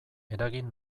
eragin